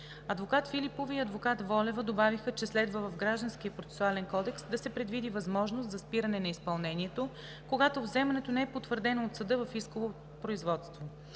Адвокат Филипова и адвокат Волева добавиха, че следва в Гражданския процесуален кодекс да се предвиди възможност за спиране на изпълнението, когато вземането не е потвърдено от съда в исково производство.